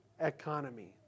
economy